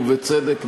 ובצדק,